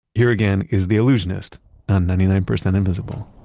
here again is the allusionist on ninety nine percent invisible